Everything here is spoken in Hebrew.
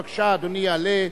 בבקשה, אדוני יעלה.